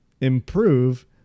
improve